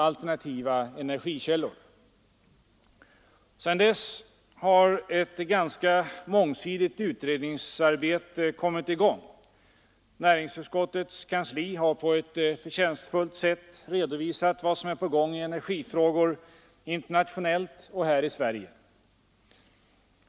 Våra två huvudteman var Sedan dess har ett ganska mångsidigt utredningsarbete kommit i gång. Näringsutskottets kansli har på ett förtjänstfullt sätt redovisat vad som är på gång i energifrågor internationellt och här i Sverige.